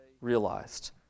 realized